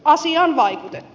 arvoisa puhemies